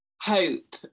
hope